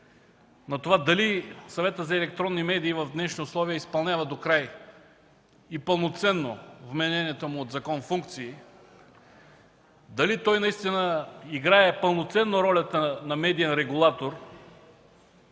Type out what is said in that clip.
на това дали Съветът за електронни медии в днешни условия изпълнява докрай и пълноценно вменените му от закона функции, дали играе пълноценно ролята на медиен регулатор